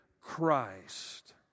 Christ